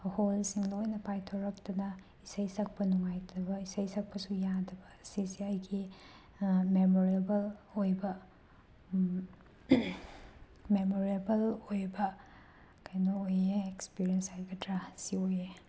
ꯍꯣꯜꯁꯤꯡ ꯂꯣꯏꯅ ꯄꯥꯏꯊꯣꯔꯛꯇꯨꯅ ꯏꯁꯩ ꯁꯛꯄ ꯅꯨꯡꯉꯥꯏꯇꯕ ꯏꯁꯩ ꯁꯛꯄꯁꯨ ꯌꯥꯗꯕ ꯑꯁꯤꯁꯦ ꯑꯩꯒꯤ ꯃꯦꯃꯣꯔꯦꯕꯜ ꯑꯣꯏꯕ ꯃꯦꯃꯣꯔꯦꯕꯜ ꯑꯣꯏꯕ ꯀꯩꯅꯣ ꯑꯣꯏꯌꯦ ꯑꯦꯛꯁꯄꯤꯔꯤꯌꯦꯟꯁ ꯍꯥꯏꯒꯗ꯭ꯔ ꯑꯁꯤ ꯑꯣꯏꯌꯦ